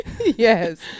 Yes